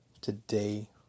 today